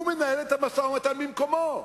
הוא מנהל את המשא-ומתן במקומו.